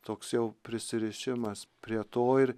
toks jau prisirišimas prie to ir